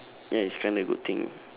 ya it's kinda good thing